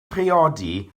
priodi